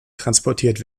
transportiert